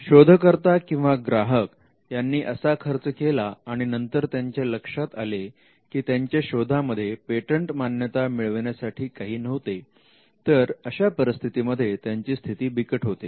शोधकर्ता किंवा ग्राहक यांनी असा खर्च केला आणि नंतर त्यांच्या लक्षात आले की त्यांच्या शोधामध्ये पेटंट मान्यता मिळविण्यासाठी काही नव्हते तर अशा परिस्थितीमध्ये त्यांची स्थिती बिकट होते